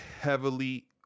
heavily